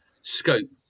scope